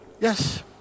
Yes